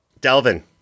Delvin